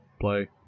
play